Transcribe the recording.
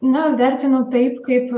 na vertinu taip kaip